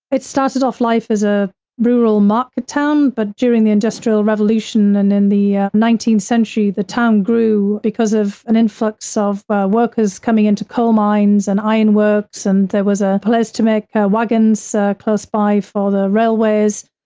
it started off life as a rural market town, but during the industrial revolution, and in the nineteenth century, the town grew because of an influx of workers coming into coal mines and ironworks and there was a place to make wagons close by for the railways.